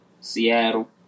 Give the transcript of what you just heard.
Seattle